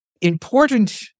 important